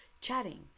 chatting